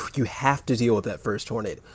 you have to deal with that first hornet.